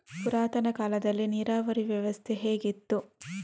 ಪುರಾತನ ಕಾಲದಲ್ಲಿ ನೀರಾವರಿ ವ್ಯವಸ್ಥೆ ಹೇಗಿತ್ತು?